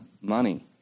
money